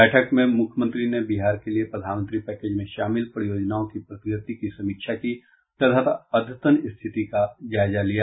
बैठक में मुख्यमंत्री ने बिहार के लिए प्रधानमंत्री पैकेज में शामिल परियोजनाओं की प्रगति की समीक्षा की तथा अद्यतन स्थिति का जायजा लिया